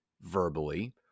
verbally